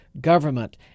government